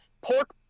pork